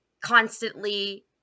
constantly